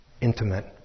intimate